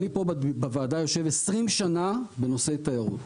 אגב, אני פה בוועדה יושב 20 שנה בנושא תיירות.